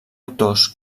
autors